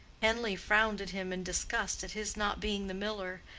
henleigh frowned at him in disgust at his not being the miller,